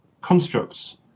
constructs